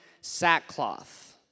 sackcloth